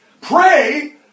Pray